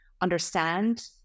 understand